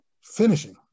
finishing